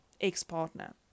ex-partner